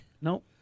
No